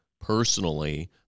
personally